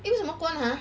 eh 为什么 ah